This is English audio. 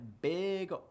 big